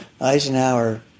Eisenhower